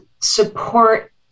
support